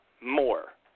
more